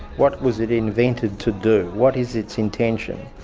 what was it invented to do, what is its intention?